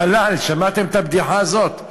המל"ל, שמעתם את הבדיחה הזאת?